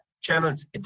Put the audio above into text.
channels